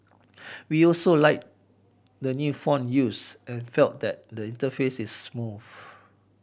we also liked the new font used and felt that the interface is smooth